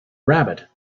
rabbit